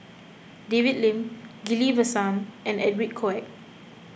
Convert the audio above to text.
David Lim Ghillie Basan and Edwin Koek